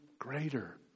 greater